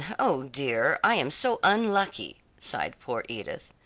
oh, dear, i am so unlucky! sighed poor edith.